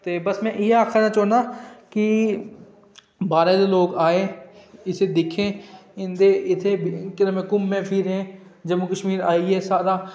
बस में इ'यै आक्खना चाह्न्नां कि बाह्रें दे लोक आएं इसी दिक्खें इत्थै घूमें फिरें जम्मू कश्मीर आईऐ सारा